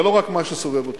ולא רק מה שסובב אותנו,